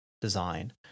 design